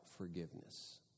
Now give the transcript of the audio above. forgiveness